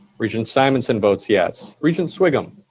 regent simonson votes yes. regent sviggum?